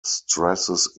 stresses